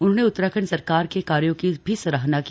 उन्होंने उत्तराखंड सरकार के कार्यो की भी सराहना की